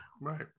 right